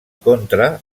contra